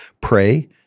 Pray